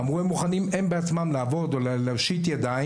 אמרו שהם מוכנים הם בעצמם לעבוד ולהושיט יד,